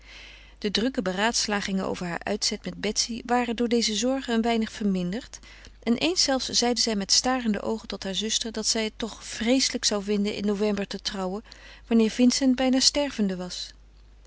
de drukke beraadslagingen over haar uitzet met betsy waren door deze zorgen een weinig verminderd en eens zelfs zeide zij met starende oogen tot haar zuster dat zij het toch vreeslijk zou vinden in november te trouwen wanneer vincent bijna stervende was